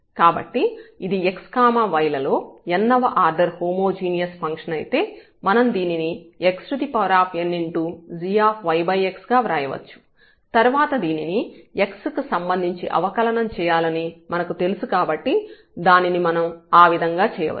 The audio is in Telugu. కాబట్టి ఇది x y లలో n వ ఆర్డర్ హోమోజీనియస్ ఫంక్షన్ అయితే మనం దీనిని xng గా వ్రాయవచ్చు తర్వాత దీనిని x కి సంబంధించి అవకలనం చేయాలని మనకు తెలుసు కాబట్టి దానిని మనం ఆ విధంగా చేయవచ్చు